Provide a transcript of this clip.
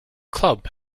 club